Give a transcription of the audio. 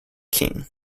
king